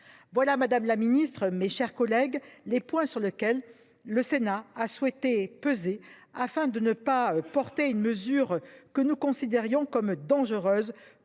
Voilà, madame la ministre, mes chers collègues, les points sur lesquels le Sénat a souhaité peser, afin de ne pas entériner une mesure que nous considérions comme dangereuse